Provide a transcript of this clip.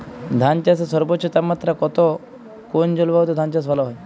ধান চাষে সর্বোচ্চ তাপমাত্রা কত কোন জলবায়ুতে ধান চাষ ভালো হয়?